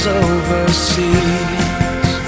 overseas